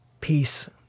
peace